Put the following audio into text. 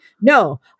No